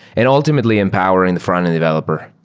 and ultimately empowering the frontend developer.